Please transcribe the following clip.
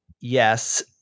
yes